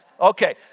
okay